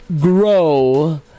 grow